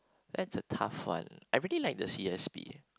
that's the tough one I really like the C_S_P